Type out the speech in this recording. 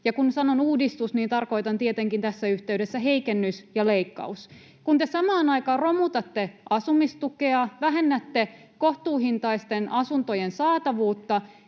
kun sanon ”uudistus”, niin tarkoitan tietenkin tässä yhteydessä ”heikennys” ja ”leikkaus”. Kun te samaan aikaan romutatte asumistukea, vähennätte kohtuuhintaisten asuntojen saatavuutta